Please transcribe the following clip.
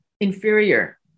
inferior